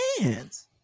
hands